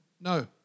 No